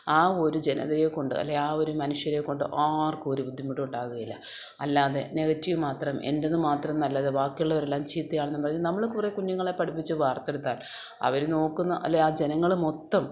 ആ ഒരു ജനതയെ കൊണ്ട് അല്ലെങ്കിൽ ആ ഒരു മനുഷ്യരെക്കൊണ്ട് ആർക്കും ഒരു ബുദ്ധിമുട്ടുമുണ്ടാകുകയില്ല അല്ലാതെ നെഗറ്റീവുമാത്രം എൻറ്റതുമാത്രം നല്ലത് ബാക്കിയുള്ളവരെല്ലാം ചീത്തയാണെന്നും പറഞ്ഞു നമ്മൾ കുറേ കുഞ്ഞുങ്ങളെ പഠിപ്പിച്ചു വാർത്തെടുത്താൽ അവരു നോക്കുന്ന അല്ലേൽ ആ ജനങ്ങൾ മൊത്തം